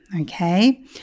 okay